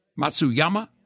Matsuyama